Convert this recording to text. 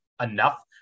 enough